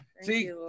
See